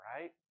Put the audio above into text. right